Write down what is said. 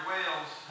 Wales